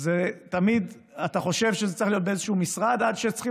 אתה חושב שזה צריך להיות באיזשהו משרד עד שצריכים